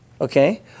okay